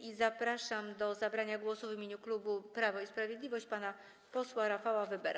I zapraszam do zabrania głosu w imieniu klubu Prawo i Sprawiedliwość pana posła Rafała Webera.